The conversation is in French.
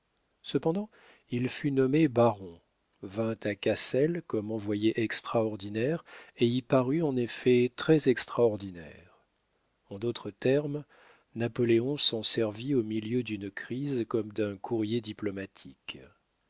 cependant il fut nommé baron vint à cassel comme envoyé extraordinaire et y parut en effet très extraordinaire en d'autres termes napoléon s'en servit au milieu d'une crise comme d'un courrier diplomatique